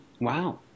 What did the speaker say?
Wow